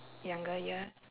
younger years